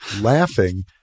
laughing